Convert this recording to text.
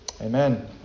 Amen